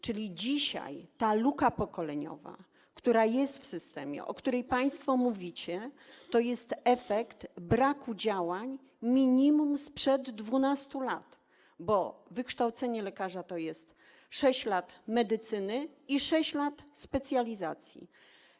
Czyli dzisiaj luka pokoleniowa, która jest w systemie, o której państwo mówicie, to jest efekt braku działań minimum sprzed 12 lat, bo wykształcenie lekarza to jest 6 lat medycyny i 6 lat specjalizacji.